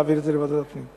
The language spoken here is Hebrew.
להעביר את זה לוועדת הפנים.